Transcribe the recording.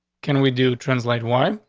can we do translate wife?